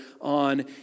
on